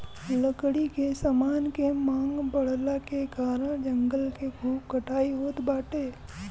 लकड़ी के समान के मांग बढ़ला के कारण जंगल के खूब कटाई होत बाटे